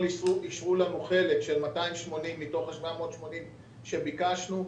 אישרו לנו 280 מתוך ה-780 שביקשנו.